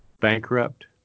bankrupt